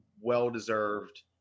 well-deserved